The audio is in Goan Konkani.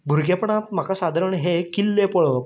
भुरगेपणांत म्हाका सादरण हे किल्ले पळप